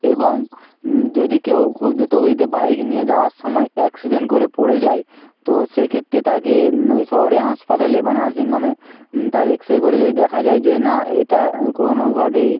এবং যদি কেউ খুব দ্রুত গতিতে বাইক নিয়ে যাওয়ার সময় অ্যাক্সিডেন্ট করে পড়ে যায় তো সে ক্ষেত্রে তাকে শহরের হাসপাতালে বা নার্সিং হোমে তার এক্স রে করে যদি দেখা যায় যে না এটা কোনোভাবেই